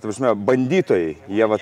ta prasme bandytojai jie vat